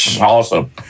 awesome